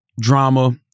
drama